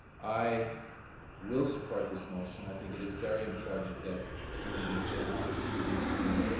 i will support this motion. i think it is very important that the communities get an opportunity to